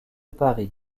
paris